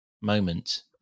moment